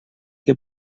que